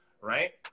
right